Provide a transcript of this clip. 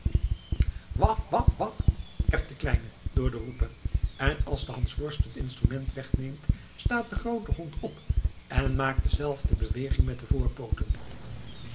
waf waf waf keft de kleine door den roeper en als de hansworst het instrument wegneemt staat de groote hond op en maakt dezelfde beweging met de